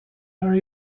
are